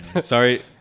Sorry